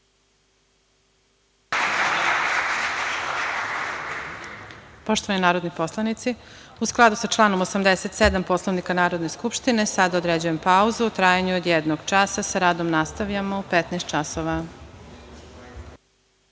Poštovani narodni poslanici, u skladu sa članom 87. Poslovnika Narodne skupštine, sad određujem pauzu u trajanju od jednog časa i sa radom nastavljamo u 15.00